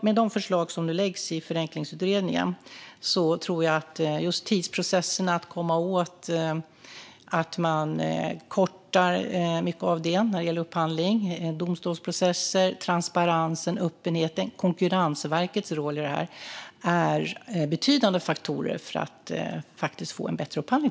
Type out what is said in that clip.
Med de förslag som förenklingsutredningen nu lägger fram tror jag att just tidsprocesserna och att korta dessa mycket när det gäller upphandling, domstolsprocesser, transparens, öppenhet och Konkurrensverkets roll i detta är betydande faktorer för att få till stånd en bättre upphandling.